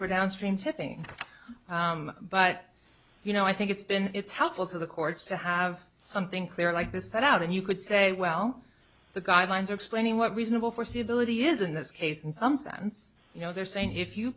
for downstream tipping but you know i think it's been it's helpful to the courts to have something clear like this set out and you could say well the guidelines are explaining what reasonable foreseeability is in this case in some sense you know they're saying here if you